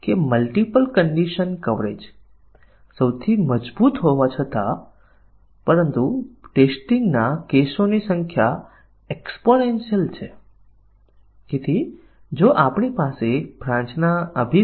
અને વ્યવહારમાં શાખાના કવરેજને પ્રાપ્ત કરવા માટે ખરેખર કોઈ પરીક્ષણના કેસોની રચના કરતું નથી તેઓ ઇનપુટ મૂલ્યોને રેંડમ રૂપે આપશે અને કવરેજ ટૂલ પ્રાપ્ત શાખાના કવરેજને તપાસશે